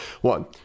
One